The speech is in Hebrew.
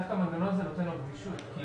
דווקא מנגנון שנותן לו גמישות כי